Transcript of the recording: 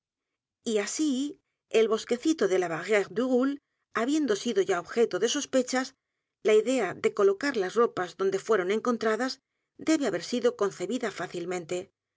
y así el bosquecito de la barrire du roule habiendo sido ya objeto de sospechas la idea de colocar las ropas donde fueron encontradas debe haber sido concebida fácilmente